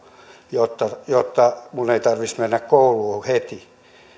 jotta jotta minun ei tarvitsisi mennä kouluun heti